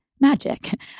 magic